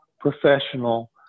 professional